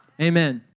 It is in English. Amen